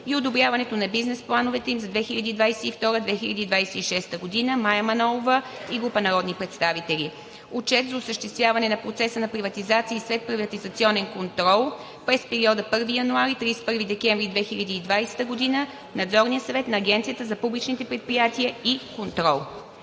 и одобряването на бизнес плановете им за 2022 – 2026 г. Вносители – Мая Манолова и група народни представители. Отчет за осъществяване на процеса на приватизация и следприватизационен контрол пред периода 1 януари – 31 декември 2020 г. Вносител – Надзорният съвет на Агенцията за публичните предприятия и контрол.